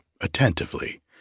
attentively